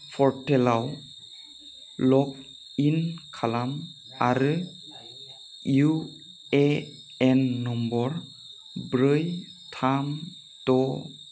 पर्टेलाव लगइन खालाम आरो इउएएन नम्बर ब्रै थाम द'